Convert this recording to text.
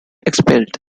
expelled